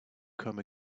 come